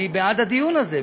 אני בעד הדיון הזה,